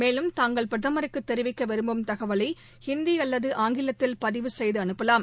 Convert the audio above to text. மேலும் தாங்கள் பிரதமருக்குதெரிவிக்கவிரும்பும் தகவலைஹிந்திஅல்லது ஆங்கிலத்தில் பதிவு செய்தம் அனுப்பலாம்